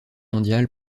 mondiale